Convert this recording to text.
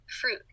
fruit